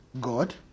God